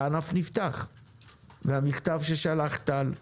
המכתב ששלחת, טל,